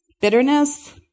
bitterness